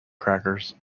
crackers